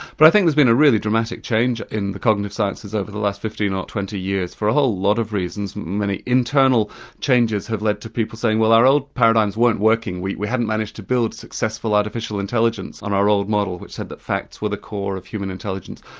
but i think there's been a really dramatic change in the cognitive sciences over the last fifteen or twenty years, for a whole lot of reasons. many internal changes have led to people saying, well our paradigms weren't working we we haven't managed to build successful artificial intelligence on our old model, which said that facts were the core of human intelligence.